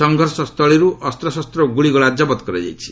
ସଂଘର୍ଷ ସ୍ଥଳୀର୍ ଅସ୍ତଶସ୍ତ ଓ ଗ୍ରଳିଗୋଳା କବତ କରାଯାଇଛି